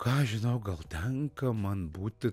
ką žinau gal tenka man būti